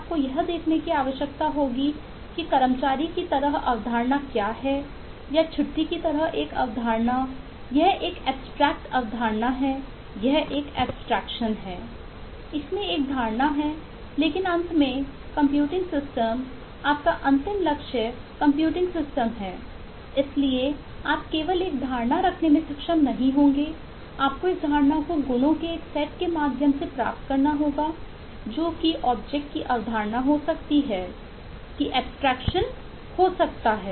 आप यह देखने का प्रयास करें कि इन ऑब्जेक्ट हो सकता है